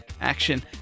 action